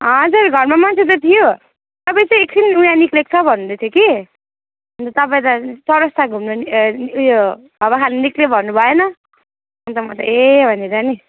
हजुर घरमा मान्छे त थियो तपाईँ चाहिँ एकछिन ऊ यहाँ निक्लिएको छ भन्दै थियो कि अनि त तपाईँलाई चौरस्ता घुम्न ए ऊ यो हावा खानु निक्लियो भन्नुभएन अनि त म त ए भनेर नि